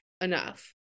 enough